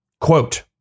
quote